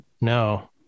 no